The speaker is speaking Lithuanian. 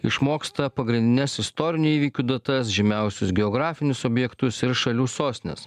išmoksta pagrindines istorinių įvykių datas žymiausius geografinius objektus ir šalių sostines